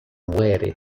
muere